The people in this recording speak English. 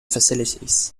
facilities